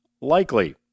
likely